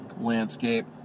landscape